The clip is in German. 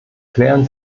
klären